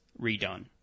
redone